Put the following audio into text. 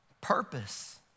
purpose